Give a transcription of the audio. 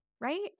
right